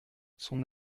son